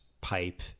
pipe